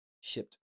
shipped